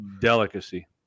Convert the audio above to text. delicacy